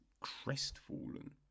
crestfallen